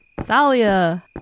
Thalia